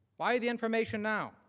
by the information now.